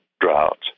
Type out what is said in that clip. drought